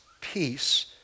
peace